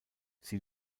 sie